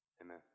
Amen